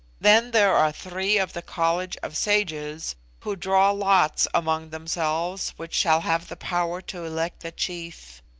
then there are three of the college of sages who draw lots among themselves which shall have the power to elect the chief.